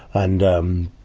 and, um,